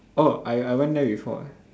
orh I I went there before